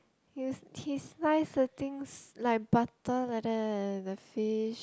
he he slice the things like butter like that leh the fish